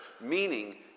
meaning